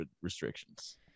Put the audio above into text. restrictions